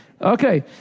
Okay